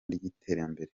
ry’iterambere